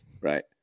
right